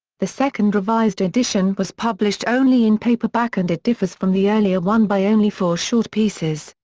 the second revised edition was published only in paperback and it differs from the earlier one by only four short pieces.